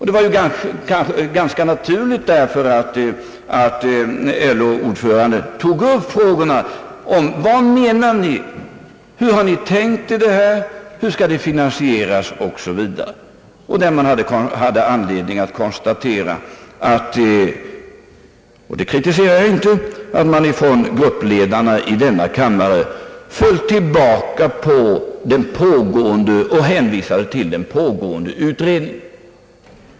Det var därför ganska naturligt att LO-ordföranden frågade: Vad menar ni? Hur har ni tänkt er detta? Hur skall det finansieras? Därvid hade man anledning konstatera — och det kritiserar jag inte — att gruppledarna i denna kammare föll tillbaka på och hänvisade till den pågående utredningen.